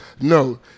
No